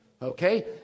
Okay